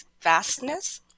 vastness